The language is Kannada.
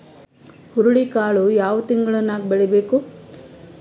ಹುರುಳಿಕಾಳು ಯಾವ ತಿಂಗಳು ನ್ಯಾಗ್ ಬೆಳಿಬೇಕು?